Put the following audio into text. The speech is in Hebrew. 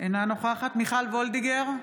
אינה נוכחת מיכל וולדיגר,